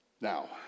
Now